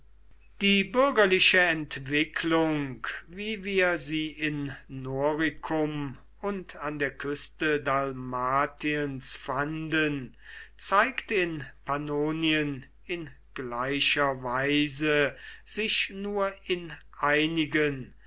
die bürgerliche entwicklung wie wir sie in noricum und an der küste dalmatiens fanden zeigt in pannonien in gleicher weise sich nur in einigen